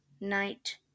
night